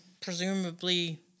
presumably